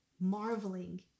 marveling